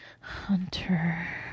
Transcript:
Hunter